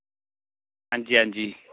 हां जी हां जी